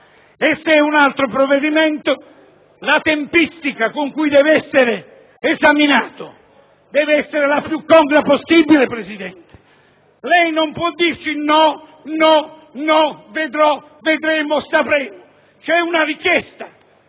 e se è un altro provvedimento la tempistica con cui deve essere esaminato deve essere la più congrua possibile, signor Presidente. Lei non può dirci sempre «no, no, no», «vedremo», «sapremo». È stato chiesto